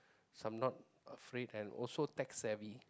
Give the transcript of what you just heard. cause I'm not afraid and tech savvy